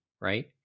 right